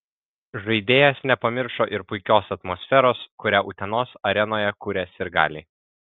žaidėjas nepamiršo ir puikios atmosferos kurią utenos arenoje kuria sirgaliai